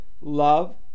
love